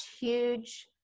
huge